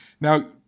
Now